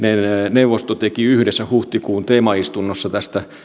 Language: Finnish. neuvosto teki yhdessä huhtikuun teemaistunnossa tästä